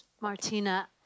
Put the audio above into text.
Martina